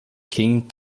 king